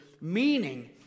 meaning